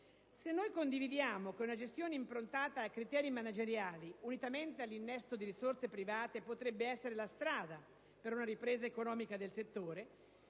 Se noi condividiamo che una gestione improntata a criteri manageriali, unitamente all'innesto di risorse private, potrebbe essere la strada per una ripresa economica del settore,